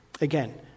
again